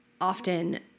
often